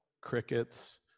crickets